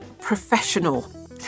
professional